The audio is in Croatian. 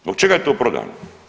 Zbog čega je to prodano?